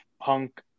Punk –